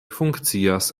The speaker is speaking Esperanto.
funkcias